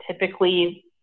typically